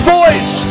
voice